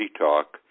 Talk